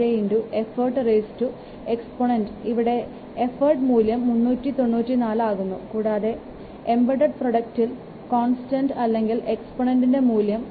5 effort constant ഇവിടെ എഫർട്ട മൂല്യം 394 ആകുന്നു കൂടാതെ എമ്പടെഡ് പ്രോജക്ടിൽ കോൺസ്റ്റൻൻറെ അല്ലെങ്കിൽ എക്സ്പ്പോണെന്റ് മൂല്യം 0